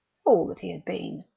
fool that he had been.